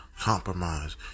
compromise